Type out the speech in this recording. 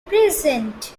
present